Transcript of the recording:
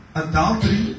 adultery